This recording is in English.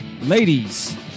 Ladies